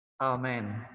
Amen